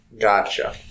Gotcha